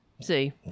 See